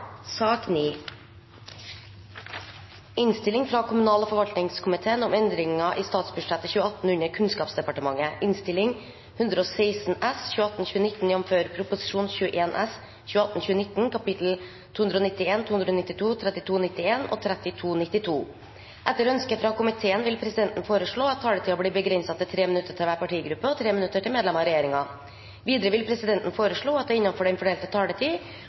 sak nr. 7. Etter ønske fra kommunal- og forvaltningskomiteen vil presidenten foreslå at taletiden blir begrenset til 3 minutter til hver partigruppe og 3 minutter til medlemmer av regjeringen. Videre vil presidenten foreslå at det – innenfor den fordelte taletid